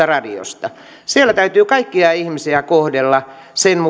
radiosta siellä täytyy kaikkia ihmisiä kohdella